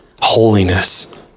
holiness